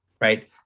right